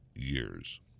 years